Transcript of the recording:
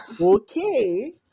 Okay